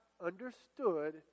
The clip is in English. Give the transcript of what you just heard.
understood